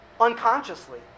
unconsciously